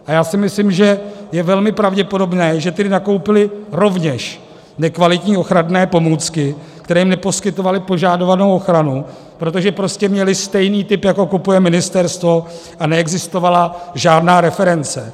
A já si myslím, že je velmi pravděpodobné, že tedy nakoupily rovněž nekvalitní ochranné pomůcky, které jim neposkytovaly požadovanou ochranu, protože prostě měly stejný typ, jako kupuje ministerstvo, a neexistovala žádná reference.